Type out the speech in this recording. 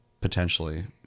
potentially